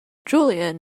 julian